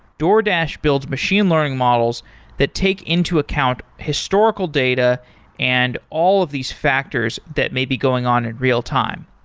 doordash builds machine learning models that take into account historical data and all of these factors that may be going on in real time.